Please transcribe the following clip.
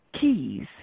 keys